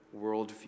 worldview